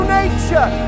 nature